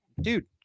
dude